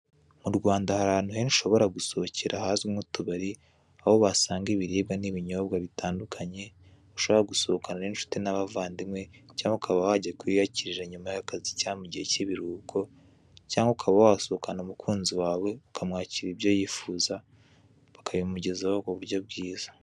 Mu Rwanda hari ahantu henshi ushobora gusohokera hazwi nk'utubari, aho wasanga ibiribwa n'ibinyobwa bitandukanye, ushobora gusohokana n'inshuti n'abavandimwa, cyangwa ukaba wajya kuhiyakirira nyuma y'akazi cyangwa mu gihe by'ibiruhuko, cyangwa ukaba wahasohokana umukunzi wawe, ukamwakira ibyo yifuza, bakabimugezaho mu buryo bwiza.